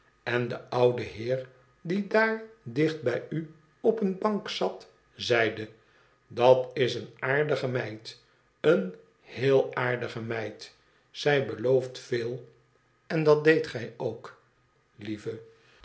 en de oude heer die daar dicht bij u op eene bank zat zeide idat is eene aardige meid eene heel aardige meid zij belooft veell en dat deed gij ook lieve